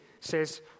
says